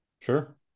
sure